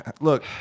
look